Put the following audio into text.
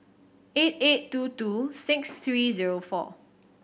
eight eight two two six three zero four